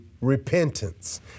repentance